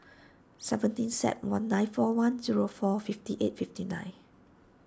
seventeen Sep one nine four one zero four fifty eight fifty nine